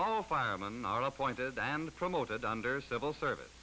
all firemen are appointed and promoted under civil service